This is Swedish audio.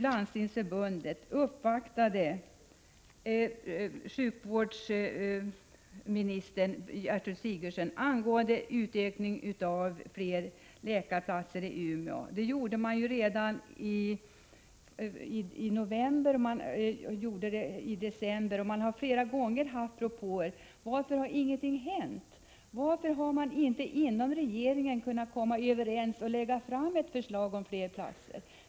Landstingsförbundet uppvaktade statsrådet angående en utökning av antalet utbildningsplatser i Umeå både i november och i december. Man har alltså flera gånger kommit med propåer. Jag måste återigen fråga statsrådet: Varför har ingenting hänt? Varför har man inte inom regeringen kunnat komma överens om att lägga fram ett förslag om fler platser?